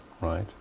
right